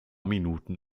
minuten